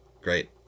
great